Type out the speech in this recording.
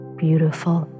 beautiful